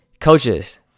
coaches